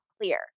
clear